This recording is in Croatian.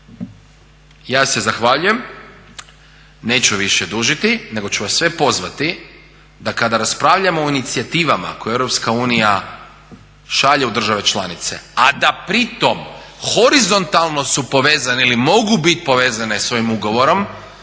Ja se zahvaljujem, neću više dužiti nego ću vas sve pozvati da kada raspravljamo o inicijativama koje Europska unija šalje u države članice a da pri tome horizontalno su povezane ili mogu biti povezane sa ovim ugovorom